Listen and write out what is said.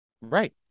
Right